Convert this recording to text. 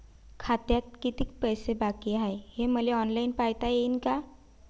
खात्यात कितीक पैसे बाकी हाय हे मले ऑनलाईन पायता येईन का?